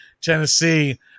Tennessee